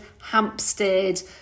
Hampstead